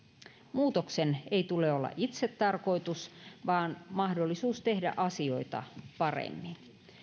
muutoksen ei tule olla itsetarkoitus vaan mahdollisuus tehdä asioita paremmin